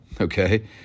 Okay